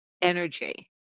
energy